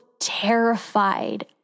terrified